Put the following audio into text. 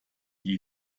die